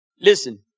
listen